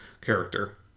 character